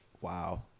wow